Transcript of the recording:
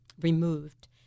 removed